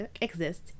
exist